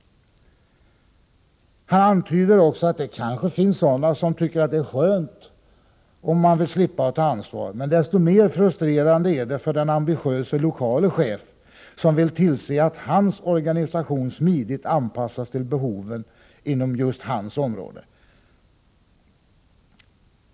Postmästaren antyder också att det kanske finns personer som tycker att det är skönt att slippa att behöva ta ansvar. Men desto mer frustrerande är det för en ambitiös lokal chef som vill tillse att hans organisation smidigt anpassas till behoven inom just hans område.